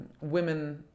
women